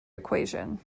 equation